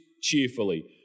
cheerfully